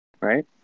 Right